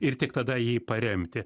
ir tik tada jį paremti